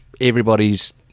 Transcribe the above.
everybody's